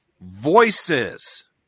voices